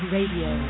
Radio